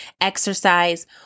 exercise